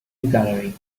gallery